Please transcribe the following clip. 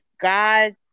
God